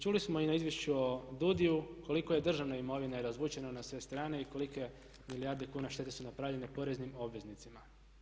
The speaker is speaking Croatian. Čuli smo i na Izvješću o DUUDI-u koliko je državne imovine razvučeno na sve strane i kolike milijarde kuna štete su napravljene poreznim obveznicima.